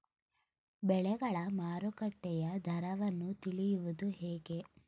ಬೆಳೆಗಳ ಮಾರುಕಟ್ಟೆಯ ದರವನ್ನು ತಿಳಿಯುವುದು ಹೇಗೆ?